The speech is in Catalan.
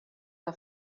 que